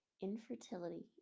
Infertility